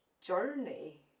journey